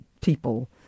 people